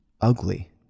ugly